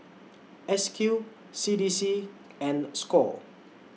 S Q C D C and SCORE